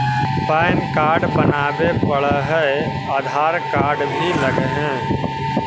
Pan card बनावे पडय है आधार कार्ड भी लगहै?